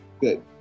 Good